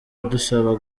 adusaba